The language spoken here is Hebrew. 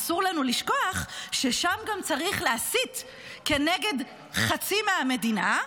אסור לנו לשכוח ששם גם צריך להסית נגד חצי מהמדינה,